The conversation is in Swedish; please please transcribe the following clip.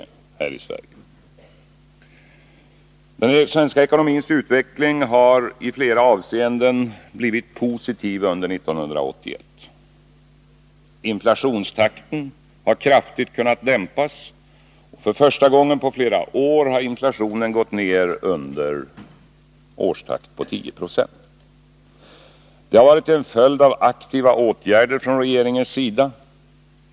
I flera avseenden har den svenska ekonomins utveckling blivit positiv under 1981. Inflationstakten har kraftigt kunnat dämpas. För första gången på flera år har inflationen gått ned under 10 96. Det har varit en följd av aktiva åtgärder från regeringens sida.